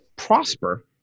prosper